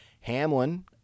Hamlin